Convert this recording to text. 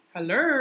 Hello